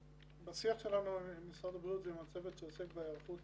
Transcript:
בשיח שלנו עם משרד הבריאות ועם הצוות שעוסק בהיערכות